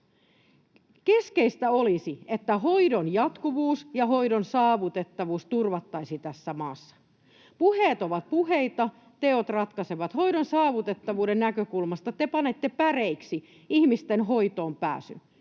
Keskeistä olisi, että hoidon jatkuvuus ja hoidon saavutettavuus turvattaisiin tässä maassa. Puheet ovat puheita, ja teot ratkaisevat. Hoidon saavutettavuuden näkökulmasta te panette päreiksi ihmisten hoitoonpääsyn,